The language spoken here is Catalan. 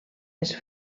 les